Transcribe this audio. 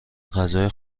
غذای